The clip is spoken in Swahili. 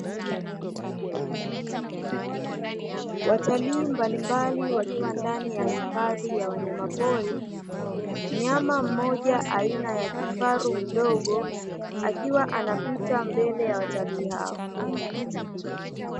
Watalii mbalimbali wakiwa ndani ya hifadhi ya wanyama pori, mnyama mmoja aina ya kifaru mdogo akiwa anapita mbele ya watalii hao.